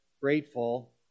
grateful